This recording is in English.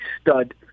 stud